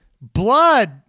blood